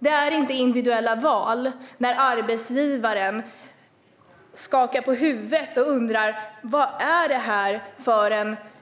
Där är inte individuella val när arbetsgivaren skakar på huvudet och undrar: Vad är det här för